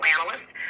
analyst